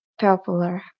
popular